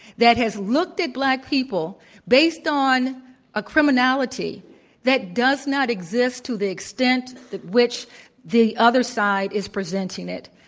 that has looked at black people based on a criminality that does not exist to the extent of which the other side is presenting it.